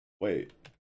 Wait